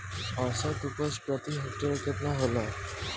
औसत उपज प्रति हेक्टेयर केतना होला?